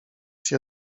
się